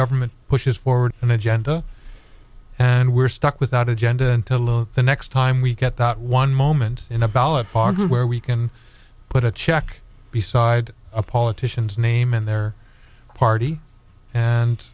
government pushes forward an agenda and we're stuck without agenda the next time we get that one moment in a ballot where we can put a check beside a politician's name in their party and